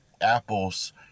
apples